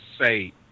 say